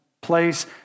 place